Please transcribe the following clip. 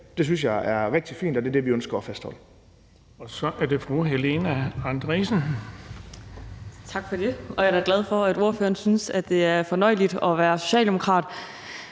Det synes jeg er rigtig fint, og det er det, vi ønsker at fastholde.